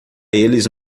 eles